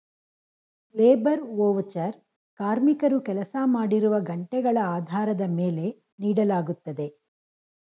labour voucher ಕಾರ್ಮಿಕರು ಕೆಲಸ ಮಾಡಿರುವ ಗಂಟೆಗಳ ಆಧಾರದ ಮೇಲೆ ನೀಡಲಾಗುತ್ತದೆ